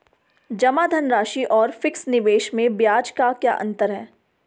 जमा धनराशि और फिक्स निवेश में ब्याज का क्या अंतर है?